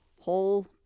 whole